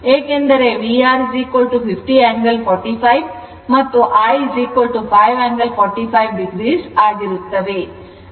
ಏಕೆಂದರೆ VR 50 angle 45 o ಮತ್ತು I 5 angle 45 o ಆಗಿರುತ್ತವೆ